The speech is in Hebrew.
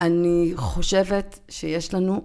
אני חושבת שיש לנו.